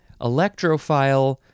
Electrophile